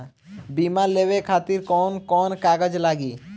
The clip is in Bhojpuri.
बीमा लेवे खातिर कौन कौन से कागज लगी?